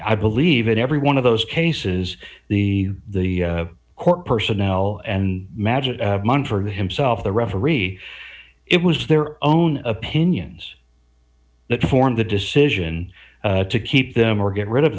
i believe in every one of those cases the the court personnel and magic man for himself the referee it was their own opinions that formed the decision to keep them or get rid of